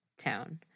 town